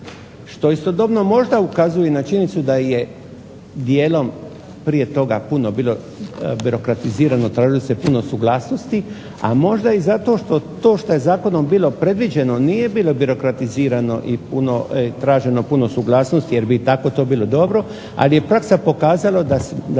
što istodobno možda ukazuje na činjenicu da je dijelom prije toga puno bilo birokratizirano, tražilo se puno suglasnosti, a možda i zato što to što je zakonom bilo predviđeno nije bilo birokratizirano i traženo puno suglasnosti jer bi i tako to bilo dobro, ali je praksa pokazala da smo